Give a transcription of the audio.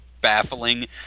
baffling